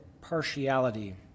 partiality